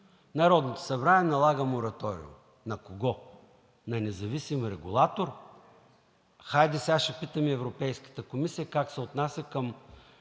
Народното събрание налага мораториум. На кого? На независим регулатор?! Хайде сега ще питаме Европейската комисия как се отнася към